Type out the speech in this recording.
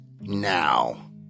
now